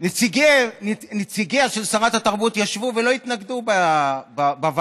ונציגיה של שרת התרבות ישבו ולא התנגדו לחוק בוועדה.